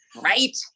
Right